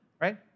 right